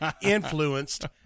influenced